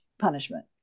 punishment